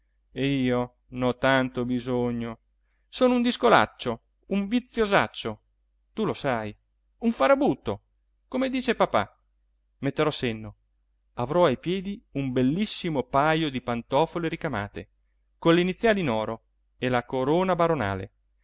e io n'ho tanto bisogno sono un discolaccio un viziosaccio tu lo sai un farabutto come dice papà metterò senno avrò ai piedi un bellissimo pajo di pantofole ricamate con le iniziali in oro e la corona baronale